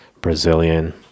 Brazilian